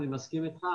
אני מסכים איתך,